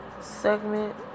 segment